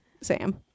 Sam